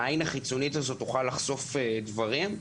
העין החיצונית הזאת תוכל לחשוף דברים.